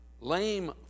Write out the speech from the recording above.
lame